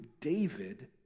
David